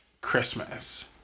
Christmas